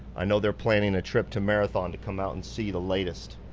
i know they're planning a trip to marathon to come out and see the latest.